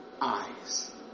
eyes